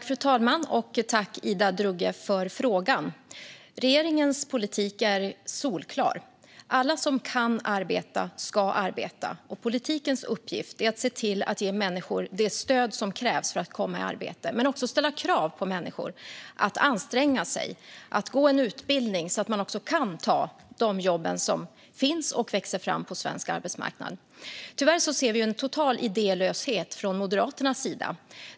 Fru talman! Jag tackar Ida Drougge för frågan. Regeringens politik är solklar. Alla som kan arbeta ska arbeta. Politikens uppgift är att se till att ge människor det stöd som krävs för att komma i arbete men också ställa krav på människor att anstränga sig och gå en utbildning så att de också kan ta de jobb som finns och som växer fram på svensk arbetsmarknad. Tyvärr ser vi en total idélöshet från Moderaternas sida.